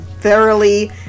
thoroughly